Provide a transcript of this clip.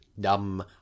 dumb